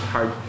Hard